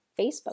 Facebook